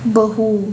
बहू